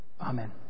Amen